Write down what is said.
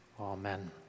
Amen